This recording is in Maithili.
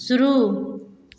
शुरू